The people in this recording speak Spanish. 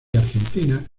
argentina